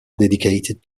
dedicated